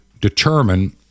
determine